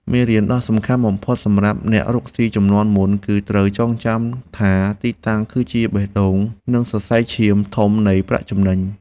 មេរៀនដ៏សំខាន់បំផុតសម្រាប់អ្នករកស៊ីជំនាន់មុន គឺត្រូវចងចាំថាទីតាំងគឺជាបេះដូងនិងសរសៃឈាមធំនៃប្រាក់ចំណេញ។